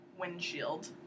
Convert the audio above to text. windshield